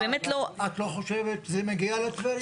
סליחה, את לא חושבת שזה מגיע לטבריה?